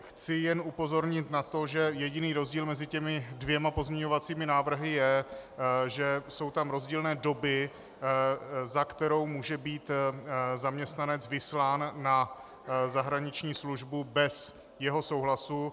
Chci jen upozornit na to, že jediný rozdíl mezi těmi dvěma pozměňovacími návrhy je, že jsou tam rozdílné doby, za které může být zaměstnanec vyslán na zahraniční službu bez jeho souhlasu.